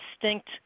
distinct